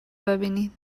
ببینین